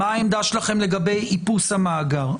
ומה העמדה שלכם לגבי איפוס המאגר.